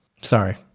sorry